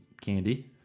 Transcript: candy